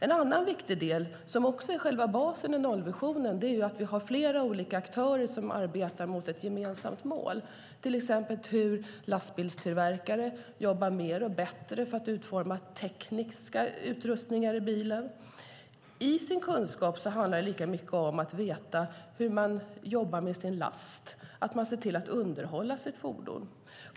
En annan viktig del som också är själva basen i nollvisionen är att vi har flera olika aktörer som arbetar mot ett gemensamt mål, till exempel lastbilstillverkare som jobbar mer och bättre för att utforma tekniska utrustningar i bilen. När det gäller kunskap handlar det lika mycket om att veta hur man jobbar med sin last som att se till att underhålla sitt fordon.